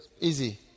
easy